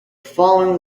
following